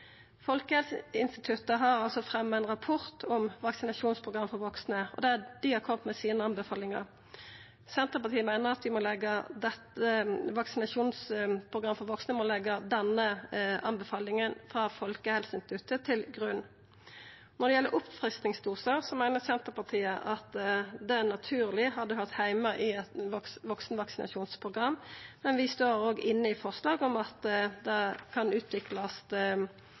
Folkehelseinstituttet har altså fremja ein rapport om vaksinasjonsprogram for vaksne, og dei har kome med sine anbefalingar. Senterpartiet meiner at for eit vaksinasjonsprogram for vaksne må ein leggja denne anbefalinga frå Folkehelseinstituttet til grunn. Når det gjeld oppfriskingsdosar, meiner Senterpartiet at det er naturleg at det høyrer heime i eit vaksenvaksinasjonsprogram, men vi står også inne i forslag om at det kan utviklast